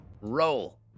roll